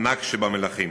הענק שבמלכים?